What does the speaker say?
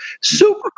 Super